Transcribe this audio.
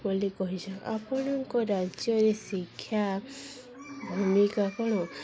ବୋଲି କହିସି ଆପଣଙ୍କ ରାଜ୍ୟରେ ଶିକ୍ଷା ଭୂମିକା କ'ଣ